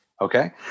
Okay